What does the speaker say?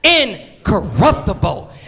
Incorruptible